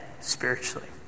spiritually